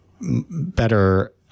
better